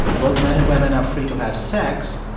both men and women are free to have sex,